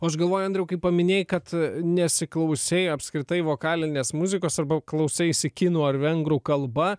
o aš galvoju andraiau kai paminėjai kad nesiklausei apskritai vokalinės muzikos arba klausaisi kinų ar vengrų kalba